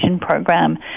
program